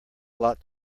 lot